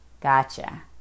gotcha